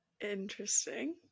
Interesting